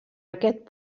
aquest